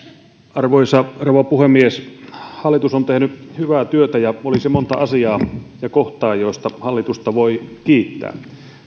arvoisa rouva puhemies hallitus on tehnyt hyvää työtä ja olisi monta asiaa ja kohtaa joista hallitusta voi kiittää